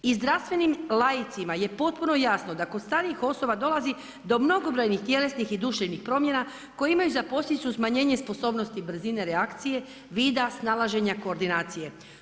I zdravstvenim laicima je potpuno jasno da kod starijih osoba dolazi do mnogobrojnih tjelesnih i duševnih promijena koje imaju za poslijedicu smanjenje sposobnosti brzine reakcije, vida, snalaženje, koordinacije.